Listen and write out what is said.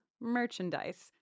merchandise